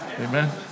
Amen